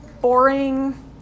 boring